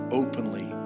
openly